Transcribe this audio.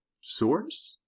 source